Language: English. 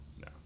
No